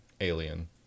Alien